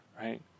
Right